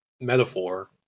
metaphor